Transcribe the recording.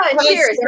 Cheers